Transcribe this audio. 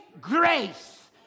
grace